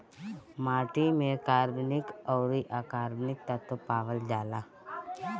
माटी में कार्बनिक अउरी अकार्बनिक तत्व पावल जाला